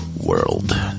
world